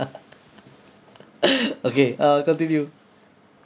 okay uh continue